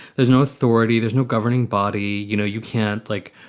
there's no authority, there's no governing body. you, know you can't, like,